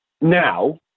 Now